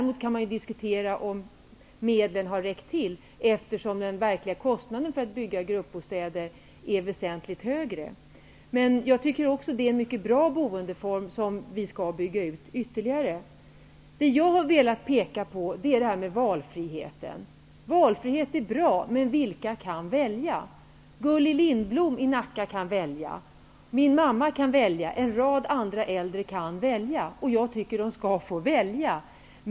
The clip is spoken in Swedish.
Man kan däremot diskutera om medlen har räckt till, eftersom den verkliga kostnaden för att bygga gruppbostäder är väsentligt högre. Men det är ett mycket bra boende, som vi ytterligare bör bygga ut. Jag vill peka på det här med valfrihet. Valfrihet är bra, men vilka är det som kan välja? Gulli Lundborg i Nacka kan välja. Min mamma kan välja. En rad andra äldre kan välja, och jag tycker att de skall få välja.